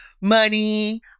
money